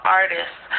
artists